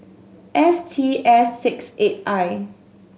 F T S six eight I